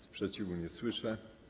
Sprzeciwu nie słyszę.